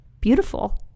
beautiful